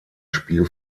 spiel